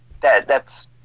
that—that's